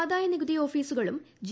ആദായനികുതി ഓഫീസുകളും ജി